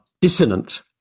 dissonant